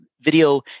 Video